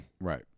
Right